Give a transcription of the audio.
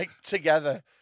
together